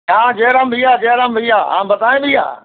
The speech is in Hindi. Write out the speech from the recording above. हाँ जय राम भैया जय राम भैया हाँ बताएं भैया